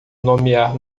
nomear